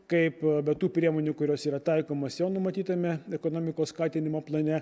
kaip be tų priemonių kurios yra taikomos jo numatytame ekonomikos skatinimo plane